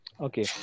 Okay